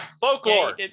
Folklore